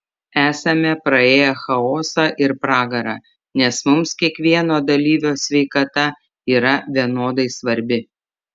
esame praėję chaosą ir pragarą nes mums kiekvieno dalyvio sveikata yra vienodai svarbi